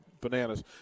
bananas